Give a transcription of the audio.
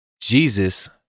Jesus